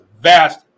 vast